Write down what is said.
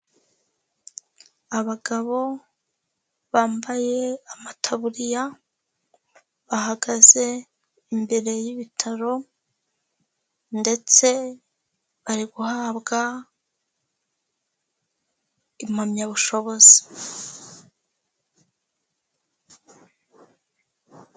Abagabo bambaye amataburiya, bahagaze imbere y'ibitaro ndetse bari guhabwa impamyabushobozi.